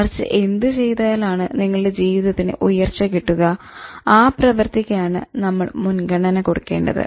മറിച്ച് എന്ത് ചെയ്താലാണ് നിങ്ങളുടെ ജീവിതത്തിന് ഉയർച്ച കിട്ടുക ആ പ്രവർത്തിക്കാണ് നമ്മൾ മുൻഗണന കൊടുക്കേണ്ടത്